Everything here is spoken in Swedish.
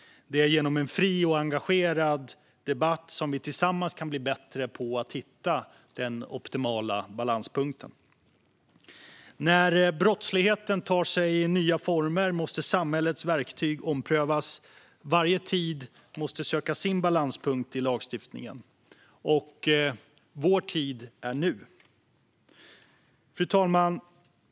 Det är genom en fri och engagerad debatt som vi tillsammans kan bli bättre på att hitta den optimala balanspunkten. När brottsligheten tar sig nya former måste samhällets verktyg omprövas. Varje tid måste söka sin balanspunkt i lagstiftningen. Och vår tid är nu. Fru talman!